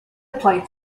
played